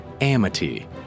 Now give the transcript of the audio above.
amity